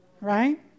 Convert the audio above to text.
Right